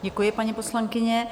Děkuji, paní poslankyně.